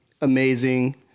amazing